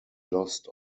lost